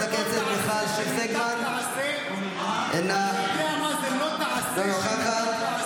קריב, אתה יודע מה זה לא תעשה שניתק לעשה?